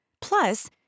Plus